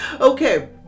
Okay